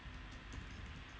mm